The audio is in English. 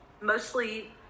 mostly